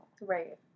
right